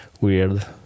weird